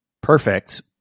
perfect